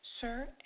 Sir